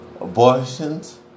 Abortions